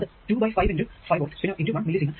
അത് 2 by 5 × 5 volt പിന്നെ × 1 milli സീമെൻ